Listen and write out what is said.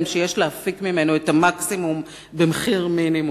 שיש להפיק ממנו את המקסימום במחיר מינימום.